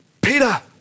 Peter